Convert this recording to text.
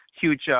huge